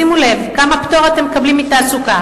שימו לב כמה פטור אתם מקבלים מתעסוקה.